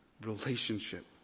relationship